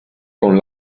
con